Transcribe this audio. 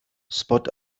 spot